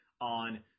on